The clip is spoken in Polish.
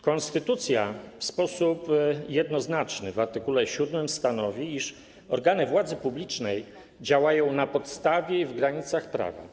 Konstytucja w sposób jednoznaczny w art. 7 stanowi, iż organy władzy publicznej działają na podstawie i w granicach prawa.